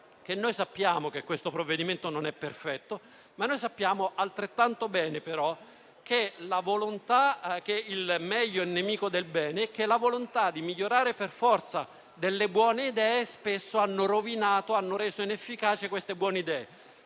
che sappiamo che questo provvedimento non è perfetto, ma sappiamo altrettanto bene che il meglio è nemico del bene e che la volontà di migliorare per forza delle buone idee spesso le ha rovinate e rese inefficaci. Quindi,